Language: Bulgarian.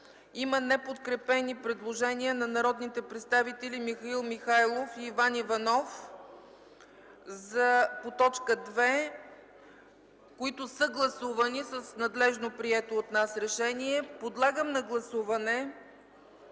Има неподкрепени предложения на народните представители Михаил Михайлов и Иван Иванов по т. 2, които са гласувани с надлежно прието от нас решение. Подлагам на гласуване